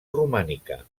romànica